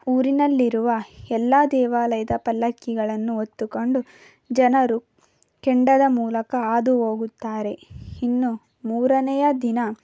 ಊರಿನಲ್ಲಿರುವ ಎಲ್ಲ ದೇವಾಲಯದ ಪಲ್ಲಕ್ಕಿಗಳನ್ನು ಹೊತ್ತುಕೊಂಡು ಜನರು ಕೆಂಡದ ಮೂಲಕ ಹಾದು ಹೋಗುತ್ತಾರೆ ಇನ್ನು ಮೂರನೆಯ ದಿನ